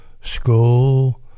school